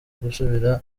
gusubira